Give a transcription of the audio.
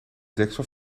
deksel